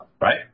Right